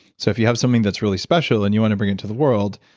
so if you have something that's really special and you want to bring into the world,